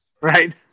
Right